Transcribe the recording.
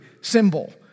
symbol